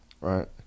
Right